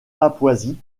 papouasie